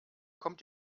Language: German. kommt